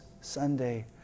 Sunday